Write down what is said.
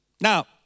Now